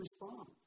respond